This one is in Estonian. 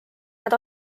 nad